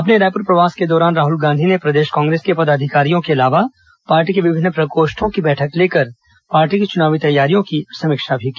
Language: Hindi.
अपने रायपुर प्रवास के दौरान राहल गांधी ने प्रदेश कांग्रेस के पदाधिकारियों के अलावा पार्टी के विभिन्न प्रकोष्ठों की बैठक लेकर पार्टी की चुनावी तैयारियों की समीक्षा की